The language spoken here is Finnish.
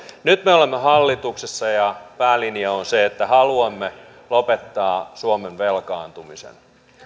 nyt me olemme hallituksessa ja päälinja on se että haluamme lopettaa suomen velkaantumisen